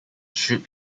should